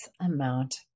amount